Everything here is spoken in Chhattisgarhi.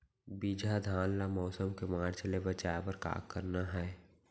बिजहा धान ला मौसम के मार्च ले बचाए बर का करना है?